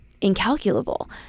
incalculable